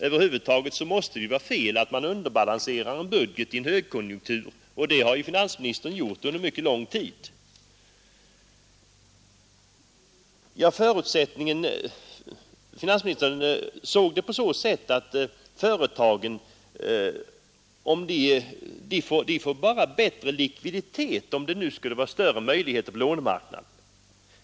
Över huvud taget måste det vara fel att underbalansera en budget i en högkonjunktur, men det har finansministern gjort under mycket lång tid. Finansministern ansåg att företagen får bättre likviditet om de får bättre lånemöjligheter.